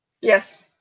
Yes